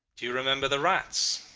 do you remember the rats